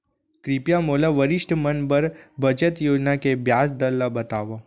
कृपया मोला वरिष्ठ मन बर बचत योजना के ब्याज दर ला बतावव